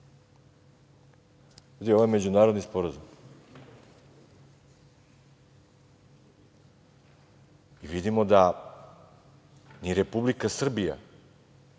ovo je međunarodni sporazum i vidimo da ni Republika Srbija